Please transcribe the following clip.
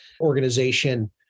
organization